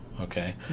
Okay